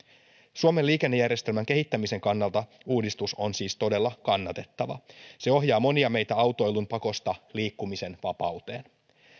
suomen liikennejärjestelmän kehittämisen kannalta uudistus on siis todella kannatettava se ohjaa monia meitä autoilun pakosta liikkumisen vapauteen